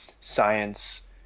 science